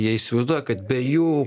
jie įsivaizduoja kad be jų